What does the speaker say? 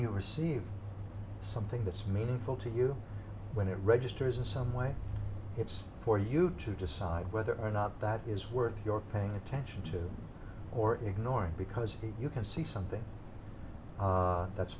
you receive something that's meaningful to you when it registers a some way it's for you to decide whether or not that is worth your paying attention to or ignore because you can see something that's